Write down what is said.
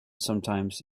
sometimes